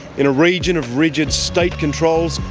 in a region of rigid state controls,